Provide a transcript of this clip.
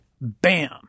Bam